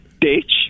Ditch